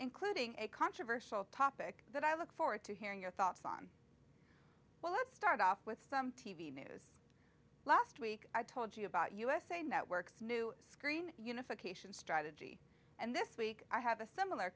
including a controversial topic that i look forward to hearing your thoughts on well let's start off with some t v news last week i told you about usa network's new screen unification strategy and this week i have a similar